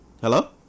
Hello